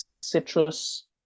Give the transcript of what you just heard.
citrus